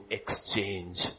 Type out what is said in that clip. exchange